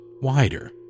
wider